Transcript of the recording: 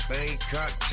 Bangkok